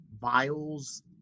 vials